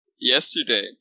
yesterday